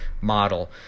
model